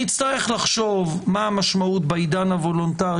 נצטרך לחשוב מה המשמעות בעידן הוולונטרי,